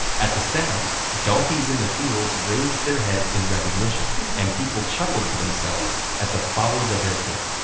at the sound, donkeys in the fields raised their heads in recognition and people chuckled to themselves at the follies of their king.